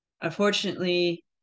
unfortunately